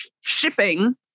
shipping